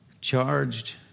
charged